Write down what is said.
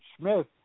smith